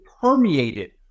permeated